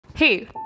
Hey